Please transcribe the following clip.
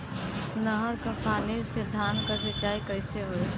नहर क पानी से धान क सिंचाई कईसे होई?